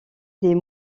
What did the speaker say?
des